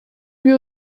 plus